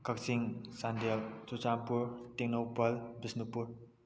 Kakching Chandel Churachandpur Tengnoupal Bishnupur